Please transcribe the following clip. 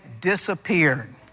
disappeared